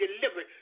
delivered